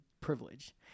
privilege